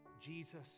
Jesus